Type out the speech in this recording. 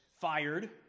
fired